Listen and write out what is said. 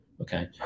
Okay